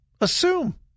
assume